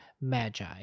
magi